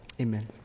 amen